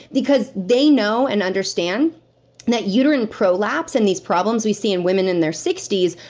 because they know, and understand that uterine prolapse, and these problems we see in women in their sixties,